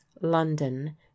london